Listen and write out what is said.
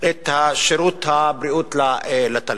את שירות הבריאות לתלמיד.